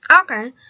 Okay